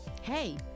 Hey